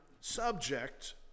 subject